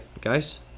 guys